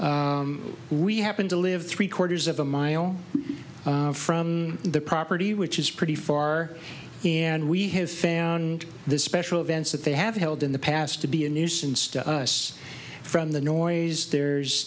actually we happen to live three quarters of a mile from the property which is pretty far and we have found the special events that they have held in the past to be a nuisance to us from the noise there's